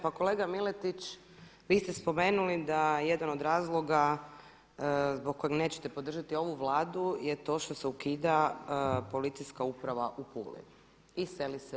Pa kolega Miletić, vi ste spomenuli da jedan od razloga zbog kojeg nećete podržati ovu Vladu je to što se ukida policijska uprava u Puli i seli se u